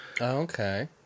okay